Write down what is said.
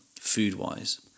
food-wise